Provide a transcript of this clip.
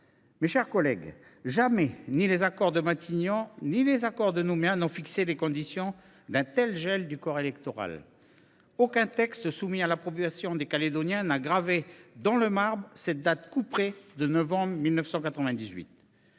Mes chers collègues, jamais ni les accords de Matignon ni l’accord de Nouméa n’ont fixé les conditions d’un tel gel du corps électoral. Aucun texte soumis à l’approbation des Calédoniens n’a gravé dans le marbre cette date couperet de novembre 1998.